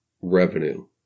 revenue